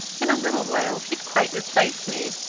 in a little while he'd quite replace me,